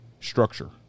structure